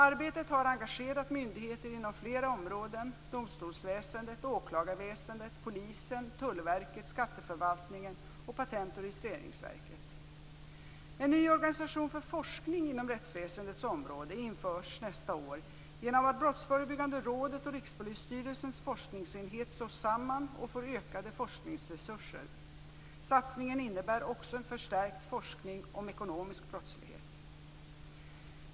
Arbetet har engagerat myndigheterna inom flera områden: domstolsväsendet, åklagarväsendet, Polisen, Tullverket, skatteförvaltningen och En ny organisation för forskning inom rättsväsendets område införs nästa år genom att Brottsförebyggande rådet och Rikspolisstyrelsens forskningsenhet slås samman och får ökade forskningsresurser. Satsningen innebär också en förstärkt forskning om ekonomisk brottslighet.